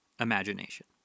imagination